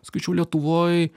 sakyčiu lietuvoj